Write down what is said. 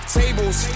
tables